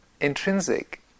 intrinsic